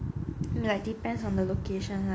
like depends on the location lah